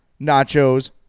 nachos